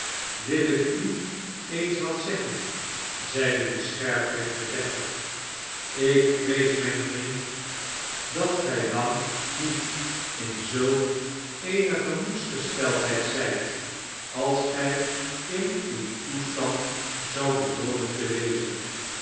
wil ik u eens wat zeggen zeide de scherprechter deftig ik vrees mijn vriend dat gij lang niet in zulk eene gemoedsgesteldheid zijt als gij in uw toestand zoudt behooren te wezen